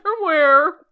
underwear